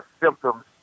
symptoms